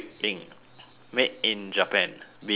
made in japan be green